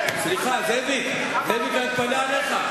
זאביק, אני מתפלא עליך.